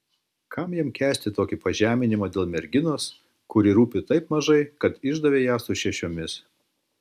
kam jam kęsti tokį pažeminimą dėl merginos kuri rūpi taip mažai kad išdavė ją su šešiomis